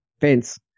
fence